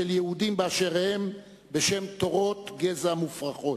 של יהודים באשר הם בשם תורות גזע מופרכות.